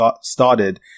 started